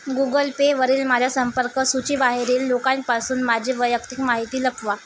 Google पेवरील माझ्या संपर्क सूचीबाहेरील लोकांपासून माझी वैयक्तिक माहिती लपवा